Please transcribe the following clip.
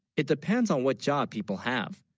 it depends on what job people have,